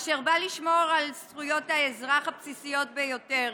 אשר באה לשמור על זכויות האזרח הבסיסיות ביותר